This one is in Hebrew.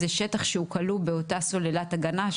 זה שטח שהוא כלוא באותה סוללת הגנה,